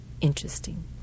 interesting